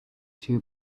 two